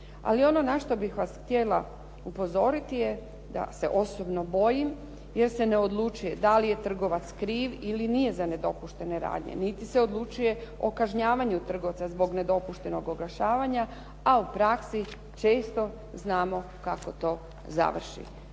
Ali ono na što bih vas htjela upozoriti je da se osobno bojim, jer se ne odlučuje da li je trgovac kriv ili nije za nedopuštene radnje, niti se odlučuje o kažnjavanju trgovca zbog nedopuštenog oglašavanja, a u praksi često znamo kako to završi.